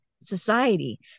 society